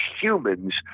humans